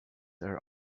are